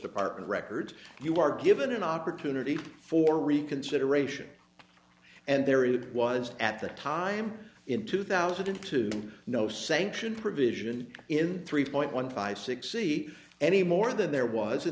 department records you are given an opportunity for reconsideration and there it was at that time in two thousand and two no sanction provision in three point one five six see anymore that there was a